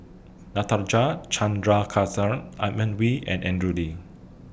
Natarajan Chandrasekaran Edmund Wee and Andrew Lee